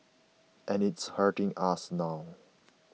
and it's hurting us now